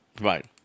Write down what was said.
Right